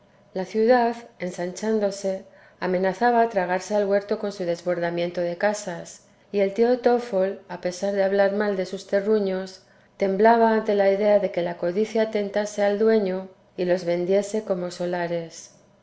la ciudad ensanchándose amenazaba tragarse al huerto con su desbordamiento de casas y el tío tfol a pesar de hablar mal de sus terruños temblaba ante la idea de que la codicia tentase al dueño y los vendiese como solares